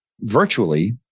virtually